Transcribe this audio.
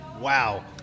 Wow